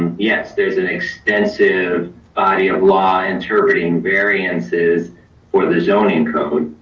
and yes, there's an extensive body of law interpreting variances for the zoning and code.